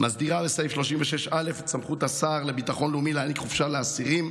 מסדירה בסעיף 36(א) את סמכות השר לביטחון לאומי להעניק חופשה לאסירים,